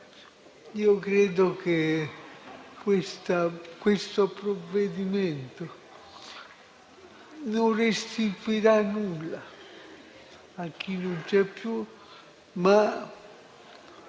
Io credo che questo provvedimento non restituirà nulla a chi non c'è più, ma